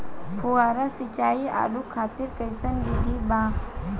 फुहारा सिंचाई आलू खातिर कइसन विधि बा?